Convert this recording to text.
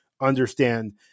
understand